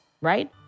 Right